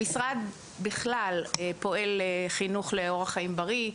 המשרד בכלל פועל לחינוך לאורך חיים בריא,